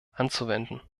anzuwenden